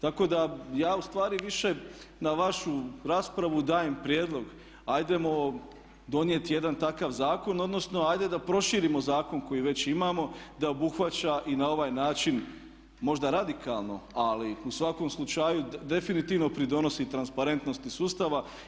Tako da ja ustvari više na vašu raspravu dajem prijedlog ajdemo donijeti jedan takav zakon, odnosno ajde da proširimo zakon koji već imamo da obuhvaća i na ovaj način možda radikalno ali u svakom slučaju definitivno pridonosi transparentnosti sustava.